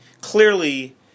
clearly